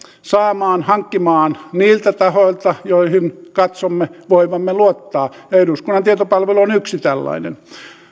saamaan hankkimaan niiltä tahoilta joihin katsomme voivamme luottaa ja eduskunnan tietopalvelu on yksi tällainen